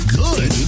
good